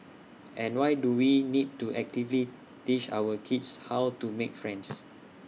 and why do we need to actively teach our kids how to make friends